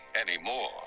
anymore